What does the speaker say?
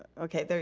okay there